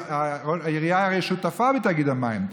והעירייה הרי שותפה בתאגיד המים,